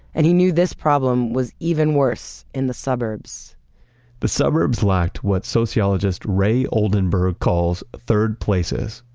and he knew this problem was even worse in the suburbs the suburbs lacked what sociologist ray oldenburg calls third places.